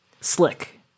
slick